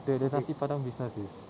the the nasi padang business is